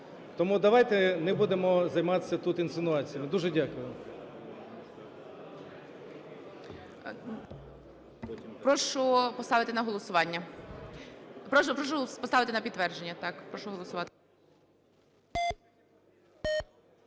Тому давайте не будемо займатися тут інсинуаціями. Дуже дякую.